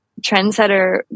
trendsetter